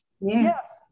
Yes